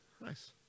Nice